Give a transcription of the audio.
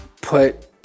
put